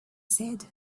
said